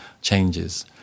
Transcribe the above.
changes